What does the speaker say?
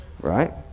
right